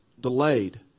delayed